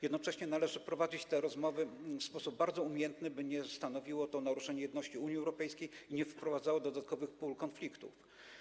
Jednocześnie należy prowadzić te rozmowy w sposób bardzo umiejętny, by nie stanowiło to naruszenia jedności Unii Europejskiej i nie wprowadzało dodatkowych pól konfliktów.